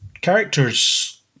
characters